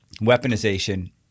Weaponization